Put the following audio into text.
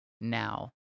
now